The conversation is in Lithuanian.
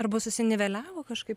arba susiniveliavo kažkaip